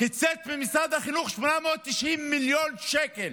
הוא קיצץ במשרד החינוך 890 מיליון שקל,